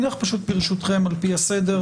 נלך ברשותכם על פי הסדר.